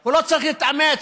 הוא לא צריך להתאמץ,